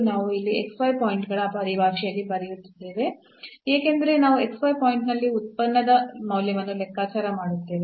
ನಾನು ಇಲ್ಲಿ ಪಾಯಿಂಟ್ ಗಳ ಪರಿಭಾಷೆಯಲ್ಲಿ ಬರೆಯುತ್ತಿದ್ದೇನೆ ಏಕೆಂದರೆ ನಾವು ಪಾಯಿಂಟ್ನಲ್ಲಿ ಉತ್ಪನ್ನದ ಮೌಲ್ಯವನ್ನು ಲೆಕ್ಕಾಚಾರ ಮಾಡುತ್ತೇವೆ